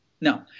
No